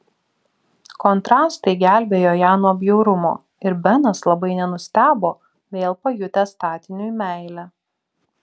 kontrastai gelbėjo ją nuo bjaurumo ir benas labai nenustebo vėl pajutęs statiniui meilę